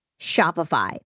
Shopify